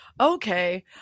Okay